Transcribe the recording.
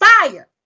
fire